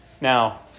Now